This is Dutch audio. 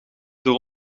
door